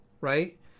right